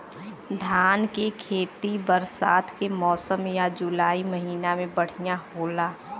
धान के खेती बरसात के मौसम या जुलाई महीना में बढ़ियां होला?